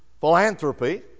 philanthropy